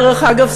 דרך אגב,